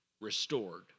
restored